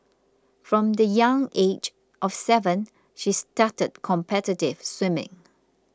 from the young age of seven she started competitive swimming